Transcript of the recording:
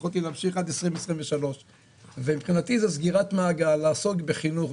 יכולתי להמשיך עד 2023. מבחינתי זו סגירת מעגל לעסוק בחינוך,